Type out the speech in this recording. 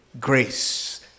grace